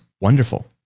wonderful